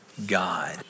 God